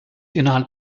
innerhalb